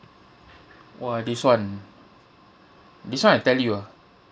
!wah! this [one] this [one] I tell you ah